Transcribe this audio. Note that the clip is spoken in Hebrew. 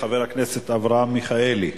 חבר הכנסת אברהם מיכאלי.